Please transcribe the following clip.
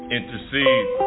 Intercede